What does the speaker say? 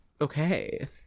okay